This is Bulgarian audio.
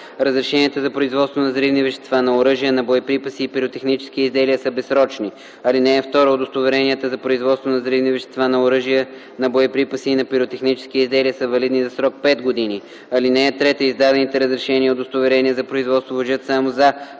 Разрешенията за производство на взривни вещества, на оръжия, на боеприпаси и на пиротехнически изделия са безсрочни. (2) Удостоверенията за производство на взривни вещества, на оръжия, на боеприпаси и на пиротехнически изделия са валидни за срок пет години. (3) Издадените разрешения и удостоверения за производство важат само за